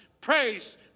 Praise